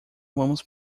vamos